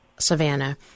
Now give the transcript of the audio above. Savannah